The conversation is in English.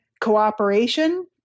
cooperation